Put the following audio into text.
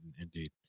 indeed